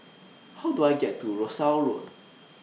How Do I get to Rosyth Road